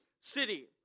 City